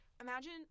imagine